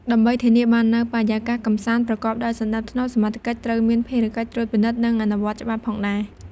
ដើម្បីធានាបាននូវបរិយាកាសកម្សាន្តប្រកបដោយសណ្តាប់ធ្នាប់ សមត្ថកិច្ចត្រូវមានភារកិច្ចត្រួតពិនិត្យ និងអនុវត្តច្បាប់ផងដែរ។